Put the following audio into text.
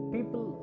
People